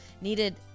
needed